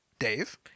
Dave